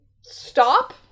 stop